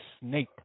snake